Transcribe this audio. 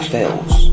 fails